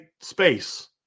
space